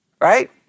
Right